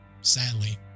Sadly